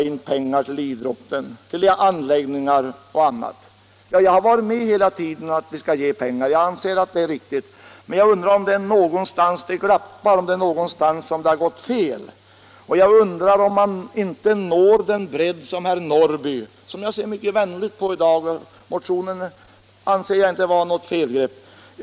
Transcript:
in pengar till idrotten, till anläggningar och annat? Jag har hela tiden varit med på att vi skall anslå pengar. Jag anser att det varit riktigt. Men jag undrar ändå om det glappar någonstans, om det har gått fel någonstans. Jag undrar om man når den bredd som herr Norrby — som jag ser mycket vänligt på i dag; motionen anser jag icke vara något felgrepp — vill ha till stånd på detta.